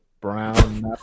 Brown